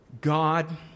God